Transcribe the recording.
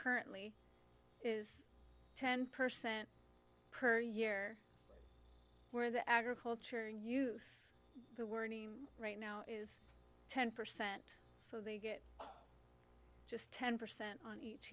currently is ten percent per year where the agriculture use the word right now is ten percent so they get just ten percent on each